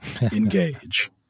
Engage